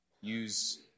use